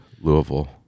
Louisville